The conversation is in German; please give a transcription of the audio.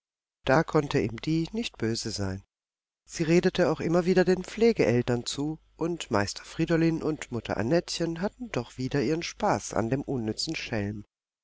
da konnte ihm die nicht böse sein sie redete auch immer wieder den pflegeeltern zu und meister friedolin und mutter annettchen hatten doch wieder ihren spaß an dem unnützen schelm